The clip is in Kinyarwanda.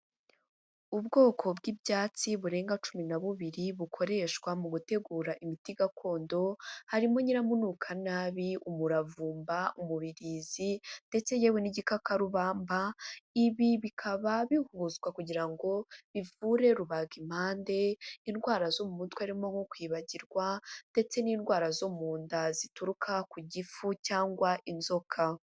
Ubwoko bw'ibyatsi burenga cumi na bubiri bukoreshwa mu gutegura imiti gakondo, harimo nyiramunuka nabi, umuravumba, umubirizi ndetse yewe n'igikakarubamba, ibi bikaba bihuzwa kugira ngo bivure rubagimpande, indwara zo mu mutwe haririmo nko kwibagirwa ndetse n'indwara zo mu nda zituruka ku gifu cyangwa inzoka.